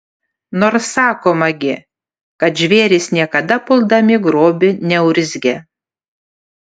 nors sakoma gi kad žvėrys niekada puldami grobį neurzgia